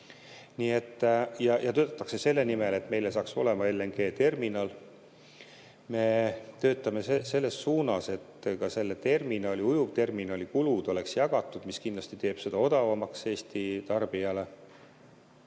Töötatakse selle nimel, et meil saaks olema LNG‑terminal. Me töötame selles suunas, et ka selle ujuvterminali kulud oleks jagatud, mis kindlasti teeb selle Eesti tarbijale